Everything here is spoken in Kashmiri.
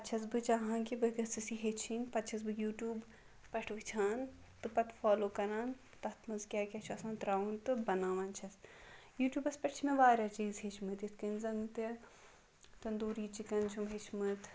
چھَس بہٕ چاہان کہِ بہٕ گٔژھٕس یہِ ہیٚچھِنۍ پَتہٕ چھَس بہٕ یوٗ ٹیٛوٗب پیٚٹھ وُچھان تہٕ پَتہٕ فالوٗ کَران تتھ مَنٛز کیٛاہ کیٛاہ چھُ آسان ترٛاوُن تہٕ بَناوان چھَس یوٗٹیٛوٗبَس پیٚٹھ چھِ مےٚ واریاہ چیٖز ہیٚچھمٕتۍ یِتھٕ کٔنۍ زَن تہِ تنٛدوٗری چِکَن چھُ ہیٚوچھمُت